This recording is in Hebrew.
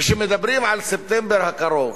כשמדברים על ספטמבר הקרוב,